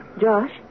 Josh